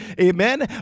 amen